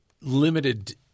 limited